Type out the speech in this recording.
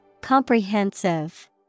Comprehensive